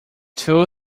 two